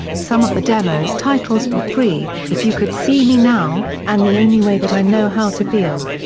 some of the demo's titles were free, if you could see me now, and the only way that i know how to feel.